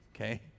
okay